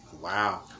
Wow